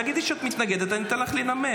תגידי שאת מתנגדת, אני אתן לך לנמק.